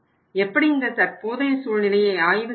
எப்படி இந்த தற்போதைய சூழ்நிலையை ஆய்வு செய்தனர்